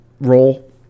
role